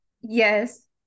yes